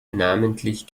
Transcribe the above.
namentlich